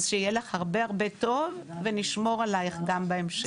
אז שיהיה לך הרבה הרבה טוב ונשמור עלייך גם בהמשך.